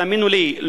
תאמינו לי,